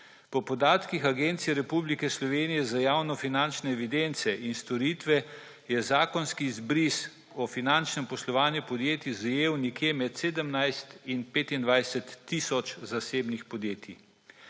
Po podatkih Agencije Republike Slovenije za javnofinančne evidence in storitve je zakonski izbris o finančnem poslovanju podjetij zajel med 17 in 25 tisoč zasebnih podjetij.